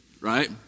Right